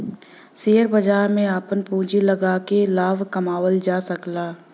share बाजार में आपन पूँजी लगाके लाभ कमावल जा सकला